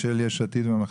בפסקה (3) סעיף קטן (ה), במקום